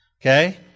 Okay